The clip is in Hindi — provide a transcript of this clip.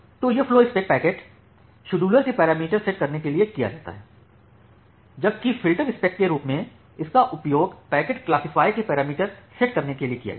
तो यह फ़्लोस्पेक पैकेट शेड्यूलर में पैरामीटर सेट करने के लिए किया जाता है जबकि फिल्टरस्पेक के रूप में इसका उपयोग पैकेट क्लासिफाय में पैरामीटर सेट करने के लिए किया जाता है